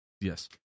Yes